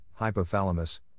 hypothalamus